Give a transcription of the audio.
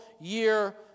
year